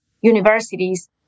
universities